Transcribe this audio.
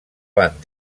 van